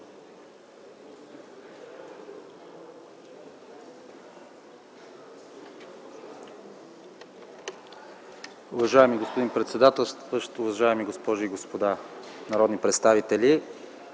Уважаеми господин председателстващ, уважаеми госпожи и господа народни представители!